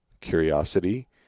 curiosity